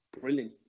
brilliant